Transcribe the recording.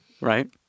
Right